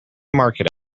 market